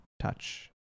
Touch